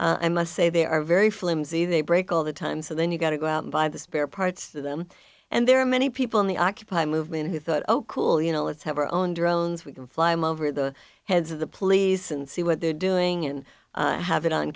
and must say they are very flimsy they break all the time so then you've got to go out and buy the spare parts for them and there are many people in the occupy movement who thought oh cool you know let's have our own drones we can fly lover the heads of the police and see what they're doing and have it on